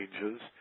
changes